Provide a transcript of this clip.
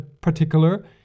particular